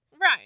Right